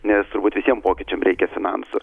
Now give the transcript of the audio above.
nes turbūt visiem pokyčiam reikia finansų